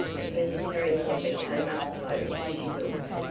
as mrs. harry kember came up close she looked,